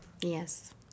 Yes